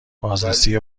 بازرسی